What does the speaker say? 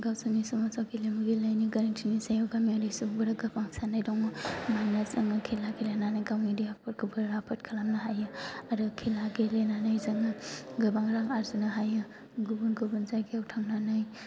गावसोरनि समाजाव गेलेमु गेलेनायनि गोनांथिनि सायाव गामियारि सुबुंफोरा गोबां साननाय दङ मानोना जोङो खेला गेलेनानै गावनि देहाफोरखौ राफोद खालामो हायो आरो खेला गेलेनानै जों गोबां रां आरजिनो हायो गुबुन गुबुन जायगायाव थांनानै